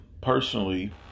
personally